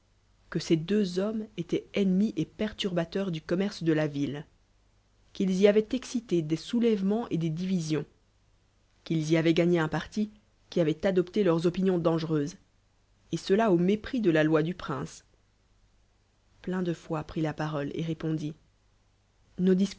que ces deux hommesétoient ennemis et perturbateurs du commerce de la ville qu'ils y avoiem excité dés soulèvements et des divisions qu'ils y avoient gagnéunrarti lui avoit adopt é leurs opinions daugereuses et cela nu mépris de la loi du prince plein de foi prit la parole et répondit